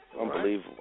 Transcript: Unbelievable